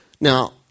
Now